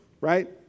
right